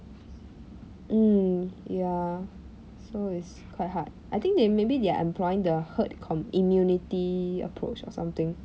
mm ya so it's quite hard I think they maybe they are employing the herd com~ immunity approach or something